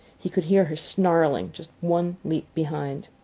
he could hear her snarling just one leap behind.